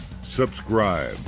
subscribe